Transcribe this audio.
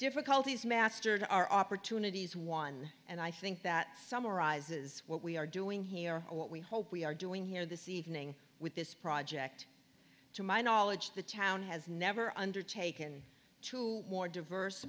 difficulties mastered our opportunities one and i think that summarizes what we are doing here what we hope we are doing here this evening with this project to my knowledge the town has never undertaken two more diverse